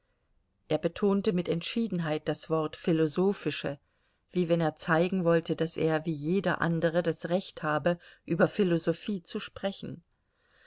er betonte mit entschiedenheit das wort philosophische wie wenn er zeigen wollte daß er wie jeder andere das recht habe über philosophie zu sprechen